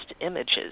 images